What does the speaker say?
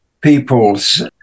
people's